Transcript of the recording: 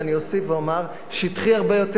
ואני אוסיף ואומר שטחי הרבה יותר